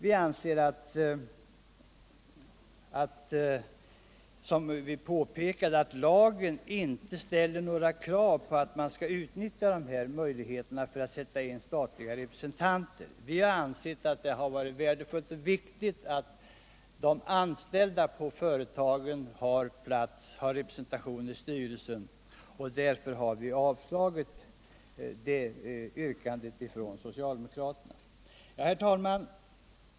Vi anser, som vi påpekade, att lagen inte ställer några krav på att man skall utnyttja dessa möjligheter för att sätta in statliga representanter, och vi anser det också värdefullt och viktigt att de anställda på företagen har representation i styrelsen. Därför har vi avstyrkt socialdemokraternas yrkande. Herr talman!